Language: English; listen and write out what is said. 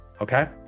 okay